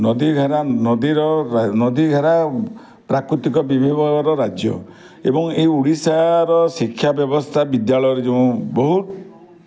ନଦୀ ଘେରା ନଦୀର ନଦୀ ଘେରା ପ୍ରାକୃତିକ ବିଭିବର ରାଜ୍ୟ ଏବଂ ଏହି ଓଡ଼ିଶାର ଶିକ୍ଷା ବ୍ୟବସ୍ଥା ବିଦ୍ୟାଳୟରେ ଯେଉଁ ବହୁତ